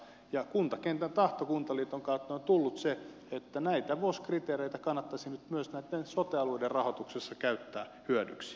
ja kuntakentän tahtona kuntaliiton kautta on tullut se että näitä vos kriteereitä kannattaisi nyt myös näitten sote alueiden rahoituksessa käyttää hyödyksi